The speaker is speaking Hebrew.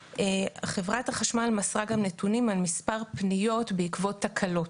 חברת החשמל מסרה גם נתונים על מספר פניות בעקבות תקלות.